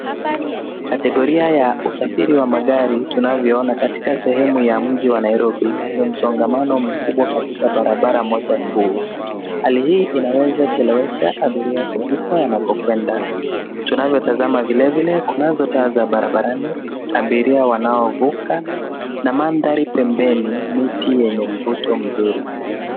Kategoria ya usafiri wa magari tunavyoona katika sehemu ya mji wa Nairobi ni msongamano mkubwa katika barabara moja kuu. Hali hii inaweza chelewesha abiria wanakokwenda .Tunavyotazama vilevile kuna taa za barabrani abiria wanapovuka na mandhari pembeni miti yenye mvuto mzuri.